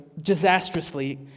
disastrously